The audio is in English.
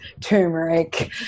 turmeric